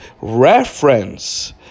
reference